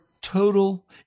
total